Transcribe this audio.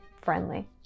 friendly